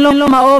אין בו מעוף,